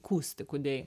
kūsti kudėji